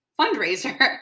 fundraiser